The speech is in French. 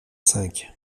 cinq